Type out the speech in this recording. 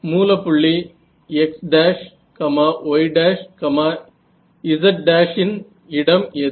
மூல புள்ளி x'y'z' இன் இடம் எது